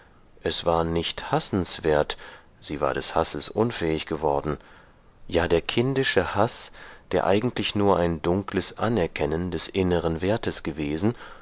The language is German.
es war nicht hassenswert sie war des hasses unfähig geworden ja der kindische haß der eigentlich nur ein dunkles anerkennen des inneren wertes gewesen